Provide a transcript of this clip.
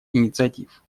инициатив